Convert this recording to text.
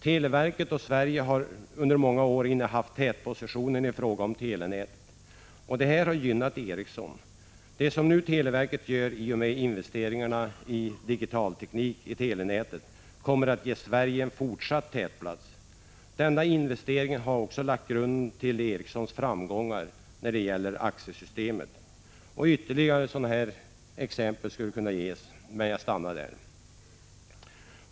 Televerket och Sverige har under många år innehaft tätpositioner i fråga om telefonnät. Detta har gynnat Ericsson. Televerkets investeringar i digitalteknik inom telenätet kommer att även fortsättningsvis ge Sverige en tätplats. Denna investering har också lagt grunden till Ericssons framgångar med AXE-systemet. Ytterligare exempel skulle kunna ges, men jag stannar där.